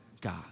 God